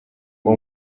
uwo